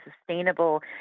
sustainable